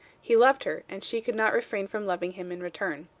he loved her, and she could not refrain from loving him in return.